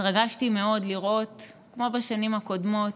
התרגשתי מאוד לראות, כמו בשנים הקודמות,